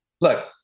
Look